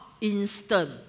instant